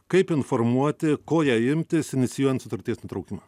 kaip informuoti ko ją imtis inicijuojant sutarties nutraukimą